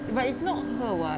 but it's not her [what]